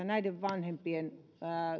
näiden vanhempien